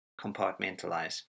compartmentalize